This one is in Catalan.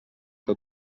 que